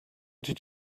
did